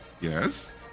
Yes